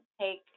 take